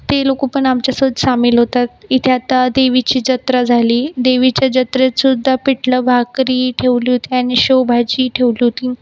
ती लोक पण आमच्यासोबत सामील होतात इथे आता देवीची जत्रा झाली देवीच्या जत्रेतसुद्धा पिठलं भाकरी ठेवली होती आणि शेवभाजी ठेवली होती